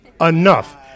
enough